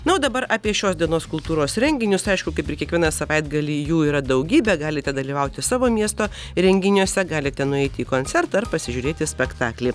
na o dabar apie šios dienos kultūros renginius aišku kaip ir kiekvieną savaitgalį jų yra daugybė galite dalyvauti savo miesto renginiuose galite nueiti į koncertą ar pasižiūrėti spektaklį